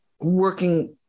working